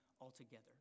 altogether